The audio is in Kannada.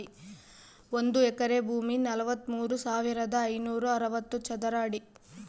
ಒಂದು ಎಕರೆ ಭೂಮಿ ನಲವತ್ಮೂರು ಸಾವಿರದ ಐನೂರ ಅರವತ್ತು ಚದರ ಅಡಿ